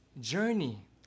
journey